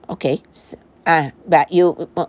okay but you